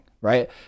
right